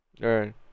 Right